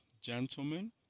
gentlemen